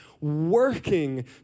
working